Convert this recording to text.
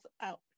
out